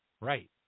Right